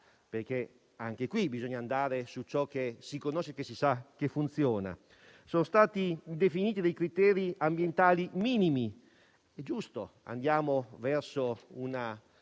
perché anche qui bisogna andare su ciò che si conosce e che funziona. Sono stati definiti criteri ambientali minimi: è giusto; siamo in un